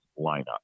lineup